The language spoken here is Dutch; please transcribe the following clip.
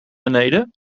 beneden